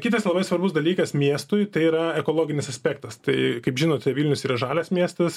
kitas labai svarbus dalykas miestui tai yra ekologinis aspektas tai kaip žinote vilnius yra žalias miestas